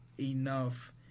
enough